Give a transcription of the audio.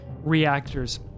reactors